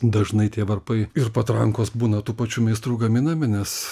dažnai tie varpai ir patrankos būna tų pačių meistrų gaminami nes